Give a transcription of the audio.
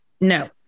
No